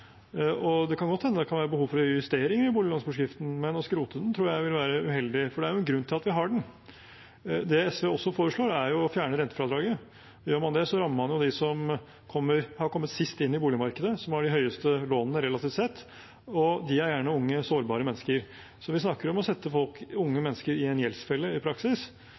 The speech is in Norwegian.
Det kan godt hende at det kan være behov for å gjøre justeringer i boliglånsforskriften, men å skrote den tror jeg vil være uheldig. Det er jo en grunn til at vi har den. Det SV også foreslår, er å fjerne rentefradraget. Gjør man det, rammer man jo dem som har kommet sist inn i boligmarkedet, og som har de høyeste lånene relativt sett. De er gjerne unge, sårbare mennesker. Så vi snakker i praksis om å sette unge mennesker i en gjeldsfelle,